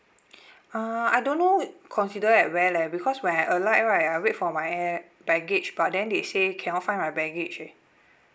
uh I don't know consider at where leh because when I alight right I wait for my air baggage but then they say cannot find my baggage eh